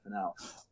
else